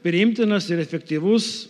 priimtinas ir efektyvus